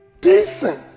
Decent